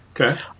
Okay